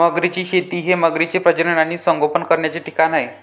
मगरींची शेती हे मगरींचे प्रजनन आणि संगोपन करण्याचे ठिकाण आहे